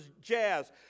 Jazz